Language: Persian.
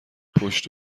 پشت